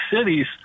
cities